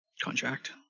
contract